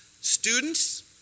Students